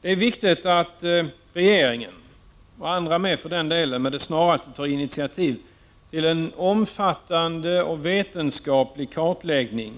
Det är viktigt att regeringen, och andra också för den delen, med det snaraste tar initiativ till en omfattande vetenskaplig kartläggning